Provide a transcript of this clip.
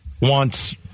wants